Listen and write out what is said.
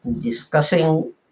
discussing